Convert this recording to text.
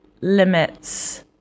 limits